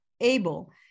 able